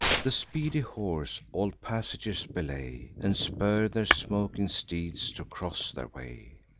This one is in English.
the speedy horse all passages belay, and spur their smoking steeds to cross their way,